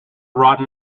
rotten